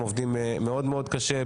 הם עובדים מאוד מאוד קשה,